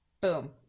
boom